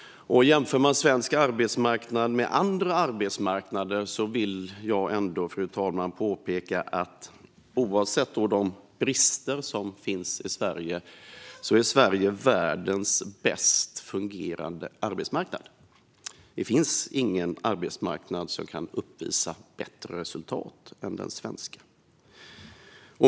Om man gör detta vill jag påpeka att oavsett vilka brister som finns i Sverige har vi världens bäst fungerande arbetsmarknad. Det finns ingen arbetsmarknad som kan uppvisa bättre resultat än den svenska.